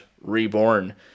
reborn